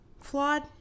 flawed